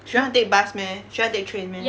she want take bus meh she want take train meh